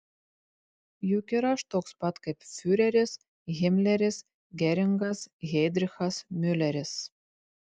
juk ir aš toks pat kaip fiureris himleris geringas heidrichas miuleris